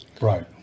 right